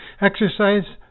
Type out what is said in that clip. exercise